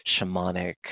shamanic